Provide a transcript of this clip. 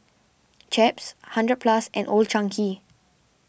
Chaps hundred Plus and Old Chang Kee